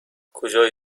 کجای